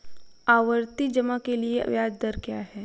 आवर्ती जमा के लिए ब्याज दर क्या है?